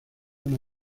una